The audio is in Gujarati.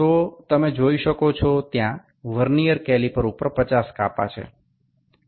તો તમે જોઈ શકો છો ત્યાં વર્નિયર કેલીપર ઉપર 50 કાપા છે